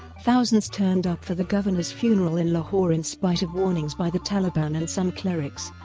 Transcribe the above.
thousands turned up for the governor's funeral in lahore in spite of warnings by the taliban and some clerics,